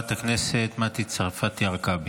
חברת הכנסת מתי צרפתי הרכבי.